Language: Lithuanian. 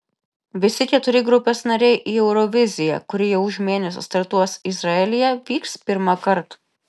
visi keturi grupės nariai į euroviziją kuri jau už mėnesio startuos izraelyje vyks pirmąkart